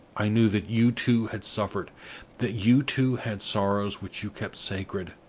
i knew that you, too, had suffered that you, too, had sorrows which you kept sacred!